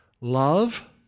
Love